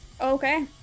Okay